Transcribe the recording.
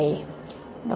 हसतात डॉ